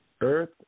earth